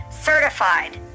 certified